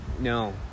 no